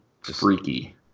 freaky